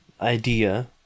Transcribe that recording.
idea